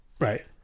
Right